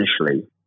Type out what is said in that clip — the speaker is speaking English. initially